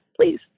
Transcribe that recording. please